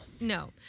No